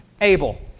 Abel